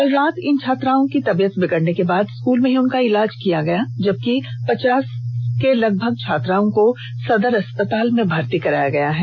बीती रात इन छात्राओं की तबीयत बिगड़ने के बाद स्कूल में ही उनका इलाज किया गया जबकि पचास के लगभग छात्राओं को सदर अस्पताल में भर्ती कराया गया है